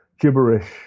gibberish